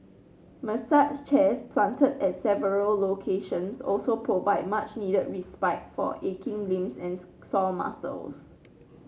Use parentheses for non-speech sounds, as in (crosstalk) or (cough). massage chairs planted at several locations also provide much needed respite for aching limbs and (unintelligible) sore muscles